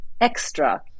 Extra